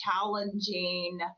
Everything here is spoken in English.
challenging